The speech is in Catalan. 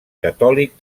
catòlic